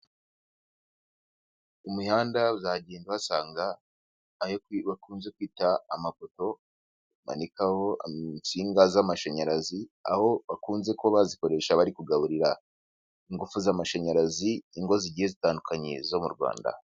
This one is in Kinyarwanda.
Ku mihanda uzagenda uhasanga ayo bakunze kwitaba amapoto bamanikaho insinga z'amashanyarazi aho bakunze kuba bazikoresha bari kugaburira ingufu z'amashanyarazi ingo zigiye zitandukanye zo mu Rwanda.